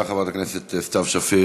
תודה, חברת הכנסת סתיו שפיר.